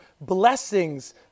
blessings